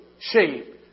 shape